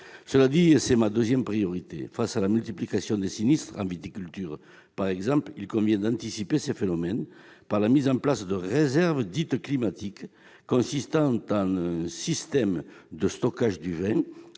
de 40 % à 60 %. Deuxième point, face à la multiplication des sinistres, en viticulture par exemple, il convient d'anticiper ces phénomènes par la mise en place de réserves dites « climatiques » consistant en un système de stockage du vin,